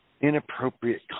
Inappropriate